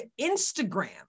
Instagram